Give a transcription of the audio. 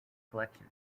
collection